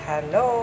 Hello